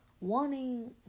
wanting